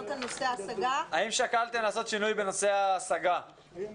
האם שקלתם לעשות שינוי בנושא ההשגה?